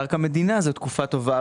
זו תקופה טובה